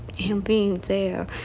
him being there,